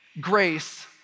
grace